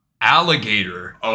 alligator